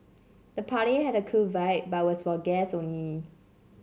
the party had a cool vibe but was for guest only